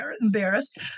embarrassed